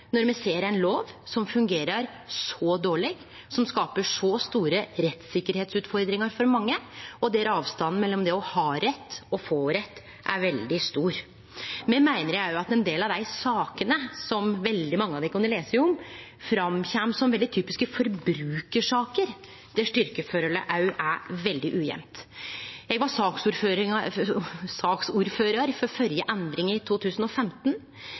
når me ser ein lov som fungerer så dårleg, som skapar så store rettssikkerheitsutfordringar for mange, og der avstanden mellom det å ha rett og få rett er veldig stor. Me meiner òg at ein del av dei sakene som veldig mange av dykk har lese om, kjem fram som veldig typiske forbrukarsaker der styrkjeforholdet er veldig ujamt. Eg var saksordførar for førre endring, i 2015,